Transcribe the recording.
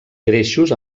greixos